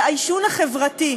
העישון החברתי.